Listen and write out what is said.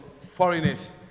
foreigners